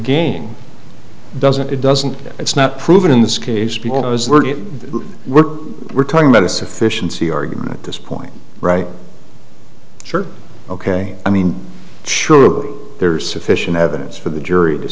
game doesn't it doesn't it's not proven in this case because we're we're talking about a sufficient c argument at this point right sure ok i mean sure there's sufficient evidence for the jury to